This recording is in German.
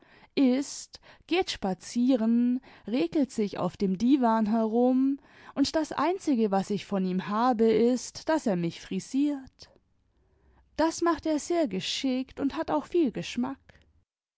ißt geht spazieren rekelt sich auf dem diwan herum und das einzige was ich von ihm habe ist daß er mich frisiert das macht er sehr geschickt und hat auch viel geschmack